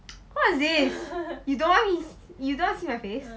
what is this you don't want me you don't see my face